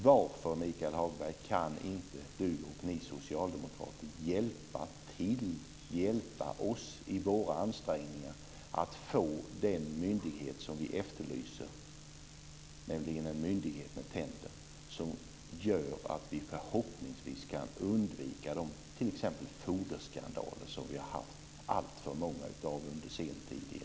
Varför kan inte Michael Hagberg och Socialdemokraterna hjälpa oss i våra ansträngningar att få den myndighet som vi efterlyser, en myndighet med tänder? Vi vill ha en myndighet som gör att vi förhoppningsvis kan undvika t.ex. foderskandaler, som vi har haft alltför många av i Europa under senare tid.